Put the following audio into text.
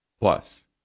Plus